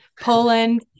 Poland